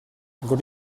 good